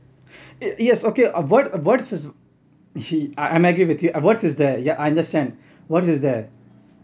yes okay a word a word is you see I'm I'm agree with you a words is there yeah I understand words is there